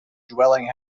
dwelling